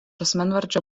asmenvardžio